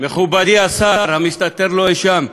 מכובדי השר המסתתר לו אי-שם,